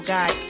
God